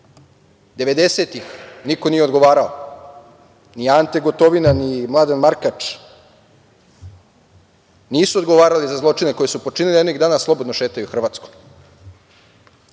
niko nije odgovarao. Ni Ante Gotovina, ni Mladen Markač nisu odgovarali za zločine koje su počinili, eno ih danas slobodno šetaju Hrvatskom,